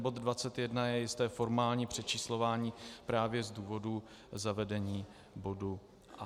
Bod 21 je jisté formální přečíslování právě z důvodů zavedení bodu 4.20.